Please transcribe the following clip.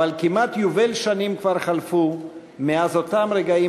אבל כמעט יובל שנים כבר חלפו מאז אותם רגעים